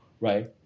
right